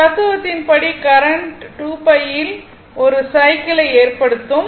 தத்துவத்தின் படி கரண்ட் 2π யில் ஒரு சைக்கிளை ஏற்படுத்தும்